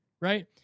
right